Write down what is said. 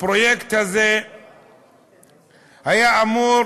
הפרויקט הזה היה אמור